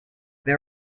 they